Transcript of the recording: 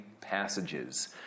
passages